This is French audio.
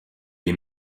est